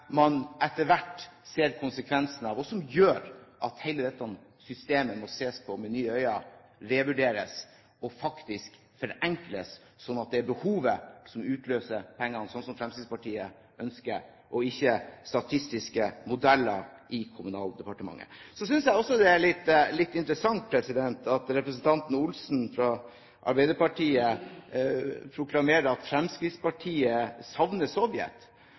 gjør at hele dette systemet må ses på med nye øyne, revurderes og faktisk forenkles, sånn at det er behovet som utløser pengene – som Fremskrittspartiet ønsker – og ikke statistiske modeller i Kommunaldepartementet. Så synes jeg også det er litt interessant at representanten Ingalill Olsen fra Arbeiderpartiet proklamerer at Fremskrittspartiet savner Sovjet.